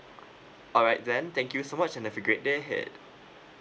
alright then thank you so much and have a great day ahead